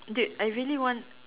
dude I really want